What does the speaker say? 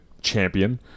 champion